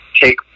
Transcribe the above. take